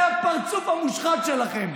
זה הפרצוף המושחת שלכם.